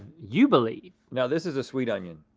you believe. now, this is a sweet onion.